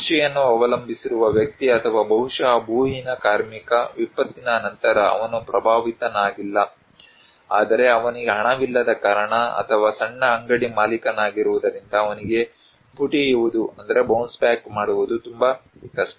ಕೃಷಿಯನ್ನು ಅವಲಂಬಿಸಿರುವ ವ್ಯಕ್ತಿ ಅಥವಾ ಬಹುಶಃ ಭೂಹೀನ ಕಾರ್ಮಿಕ ವಿಪತ್ತಿನ ನಂತರ ಅವನು ಪ್ರಭಾವಿತನಾಗಿಲ್ಲ ಆದರೆ ಅವನಿಗೆ ಹಣವಿಲ್ಲದ ಕಾರಣ ಅಥವಾ ಸಣ್ಣ ಅಂಗಡಿ ಮಾಲೀಕನಾಗಿರುವುದರಿಂದ ಅವನಿಗೆ ಪುಟಿಯುವುದು ತುಂಬಾ ಕಷ್ಟ